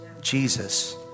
Jesus